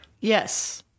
yes